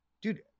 dude